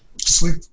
sleep